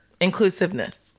inclusiveness